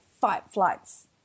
fight-flights